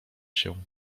się